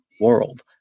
world